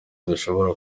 dushobora